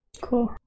Cool